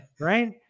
Right